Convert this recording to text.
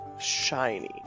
Shiny